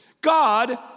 God